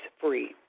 free